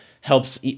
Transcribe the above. helps